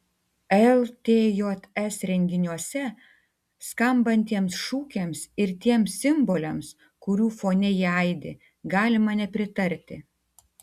ltjs renginiuose skambantiems šūkiams ir tiems simboliams kurių fone jie aidi galima nepritarti